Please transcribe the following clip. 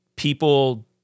People